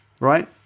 right